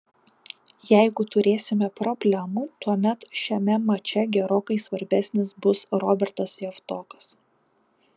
jeigu turėsime problemų tuomet šiame mače gerokai svarbesnis bus robertas javtokas